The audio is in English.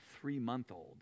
three-month-old